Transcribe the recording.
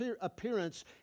appearance